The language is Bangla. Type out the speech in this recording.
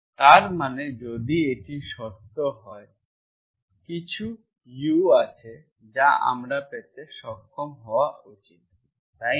তার মানে যদি এটা সত্য হয় তাহলে কিছু u আছে যা আমার পেতে সক্ষম হওয়া উচিত তাই না